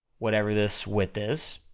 whatever this width is,